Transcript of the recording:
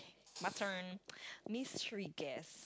my turn miss three guess